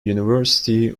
university